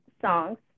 songs